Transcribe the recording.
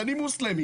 אני מוסלמי.